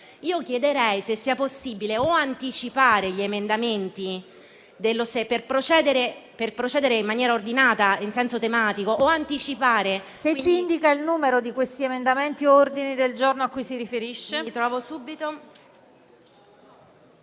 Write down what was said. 5. Chiederei se fosse possibile anticipare gli emendamenti, per procedere in maniera ordinata e in senso tematico. PRESIDENTE. Può indicarci il numero di questi emendamenti o ordini del giorno a cui si riferisce?